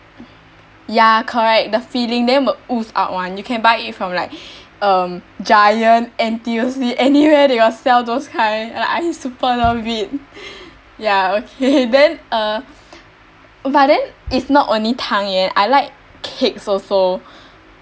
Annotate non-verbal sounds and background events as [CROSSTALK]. ya correct the feeling then will ooze out [one] you can buy it from like um giant N_T_U_C anywhere [LAUGHS] they got sell those kind like I super love it ya okay [LAUGHS] then uh but then is not only tang yuan I like cakes also